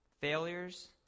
failures